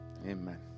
Amen